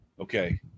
Okay